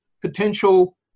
potential